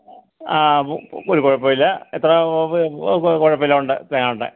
ആ ഒരു കുഴപ്പമില്ല എത്ര കുഴപ്പമില്ല ഉണ്ട് തേങ്ങ ഉണ്ട്